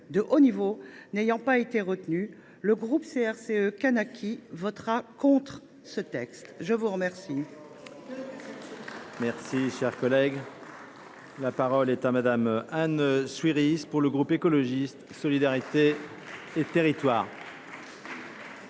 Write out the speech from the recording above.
de haut niveau n’ayant pas été retenus, le groupe CRCE Kanaky votera contre ce texte. Quelle